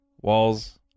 Walls